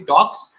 Talks